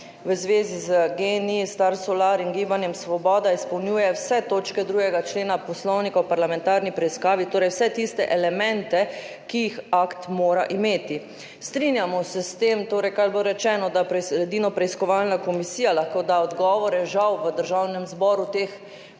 v zvezi z GEN-I, Star Solar in Gibanjem Svoboda izpolnjuje vse točke 2. člena Poslovnika o parlamentarni preiskavi, torej vse tiste elemente, ki jih akt mora imeti. Strinjamo se s tem, kar je bilo rečeno, da edino preiskovalna komisija lahko da odgovore. Žal v Državnem zboru teh